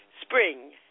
spring